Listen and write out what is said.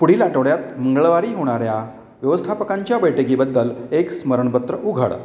पुढील आठवड्यात मंगळवारी होणाऱ्या व्यवस्थापकांच्या बैठकीबद्दल एक स्मरणपत्र उघडा